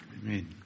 Amen